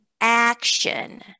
action